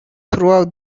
throughout